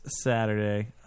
Saturday